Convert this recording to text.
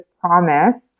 promise